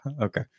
Okay